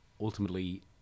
ultimately